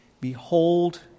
Behold